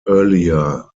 earlier